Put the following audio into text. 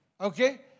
Okay